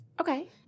Okay